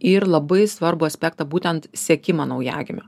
ir labai svarbų aspektą būtent siekimą naujagimio